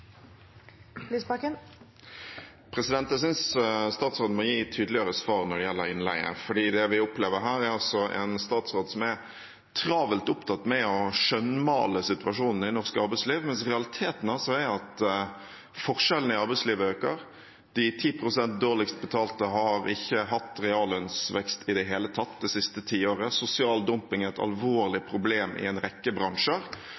Jeg synes statsråden må gi tydeligere svar når det gjelder innleie, for det vi opplever her, er en statsråd som er travelt opptatt med å skjønnmale situasjonen i norsk arbeidsliv, mens realitetene er at forskjellene i arbeidslivet øker, de ti prosentene som er dårligst betalt, har ikke hatt reallønnsvekst i det hele tatt det siste tiåret, sosial dumping er et alvorlig problem i en rekke bransjer